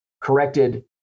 corrected